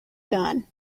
gun